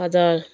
हजुर